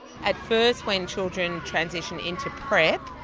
at first when children transition into prep,